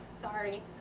Sorry